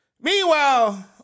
Meanwhile